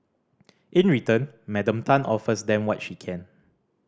in return Madam Tan offers them what she can